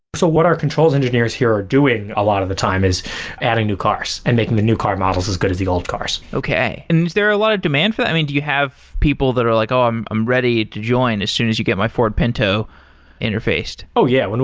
so what our controls engineers here are doing a lot of the time is adding new cars, and making the new car models as good as the old cars okay. is there a lot of demand for i mean, do you have people that are like, oh, i'm i'm ready to join as soon as you get my ford pinto interfaced. oh, yeah. and